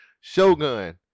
Shogun